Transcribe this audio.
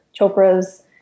Chopra's